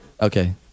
Okay